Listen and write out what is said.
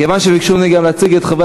כיוון שביקשו ממני להציג גם את חברי